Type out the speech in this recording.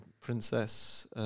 princess